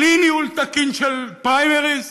על אי-ניהול תקין של פריימריז?